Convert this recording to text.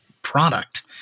product